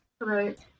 Right